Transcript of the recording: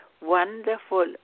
wonderful